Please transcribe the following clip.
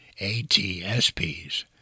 ATSPs